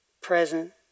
present